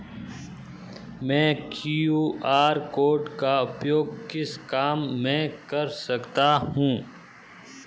मैं QR code का उपयोग किस काम में कर सकता हूं?